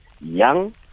young